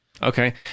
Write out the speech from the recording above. Okay